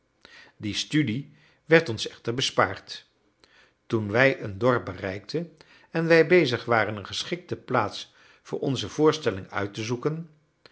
die studie werd ons echter bespaard toen wij een dorp bereikten en wij bezig waren een geschikte plaats voor onze voorstelling uit te zoeken